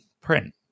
print